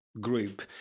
group